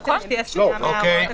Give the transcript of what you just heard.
נכון,